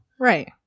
right